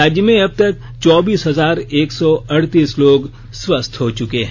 राज्य में अब तक चौबीस हजार एक सौ अड़तीस लोग स्वस्थ हो चुके हैं